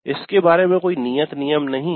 इसके बारे में कोई नियत नियम नहीं है